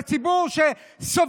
זה ציבור שסובל.